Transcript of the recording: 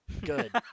good